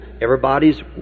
everybody's